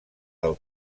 del